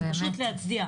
באמת.